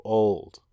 old